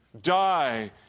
Die